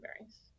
berries